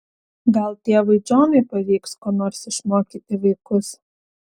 gal tėvui džonui pavyks ko nors išmokyti vaikus